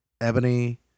ebony